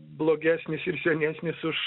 blogesnis ir senesnis už